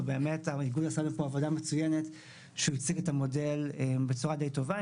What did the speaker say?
והאיגוד עשה פה עבודה מצוינת והציג את המודל בצורה די טובה.